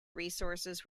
resources